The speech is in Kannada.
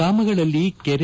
ಗ್ರಾಮಗಳಲ್ಲಿ ಕೆರೆ